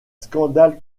scandale